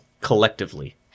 collectively